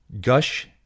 Gush